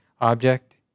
object